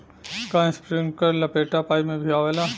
का इस्प्रिंकलर लपेटा पाइप में भी आवेला?